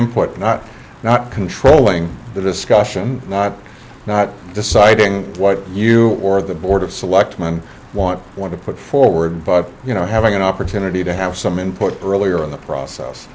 input not not controlling the discussion not not deciding what you or the board of selectmen want want to put forward but you know having an opportunity to have some input earlier in the process